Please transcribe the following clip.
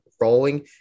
rolling